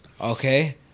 okay